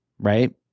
right